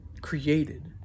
created